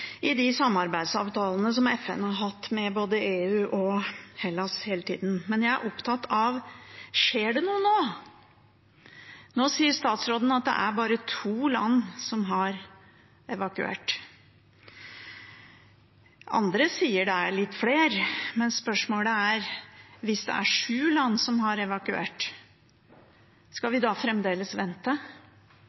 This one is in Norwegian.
i de samarbeidsavtalene som FN har hatt med både EU og Hellas hele tida. Jeg er opptatt av om det skjer noe nå. Nå sier statsråden at det er bare to land som har evakuert. Andre sier det er litt flere. Spørsmålet er: Hvis det er sju land som har evakuert, skal vi da fremdeles vente?